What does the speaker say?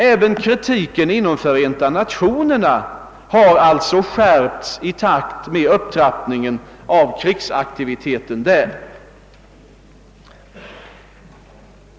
Även kritiken inom FN har alltså skärpts i takt med upptrappningen av krigsaktiviteten i Vietnam.